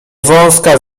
wąska